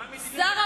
מה את אומרת?